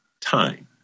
time